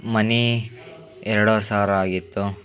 money ಎರಡೂವರೆ ಸಾವಿರ ಆಗಿತ್ತು